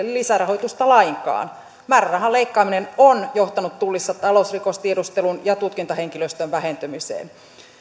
lisärahoitusta lainkaan määrärahan leikkaaminen on johtanut tullissa talousrikostiedustelun ja tutkintahenkilöstön vähentymiseen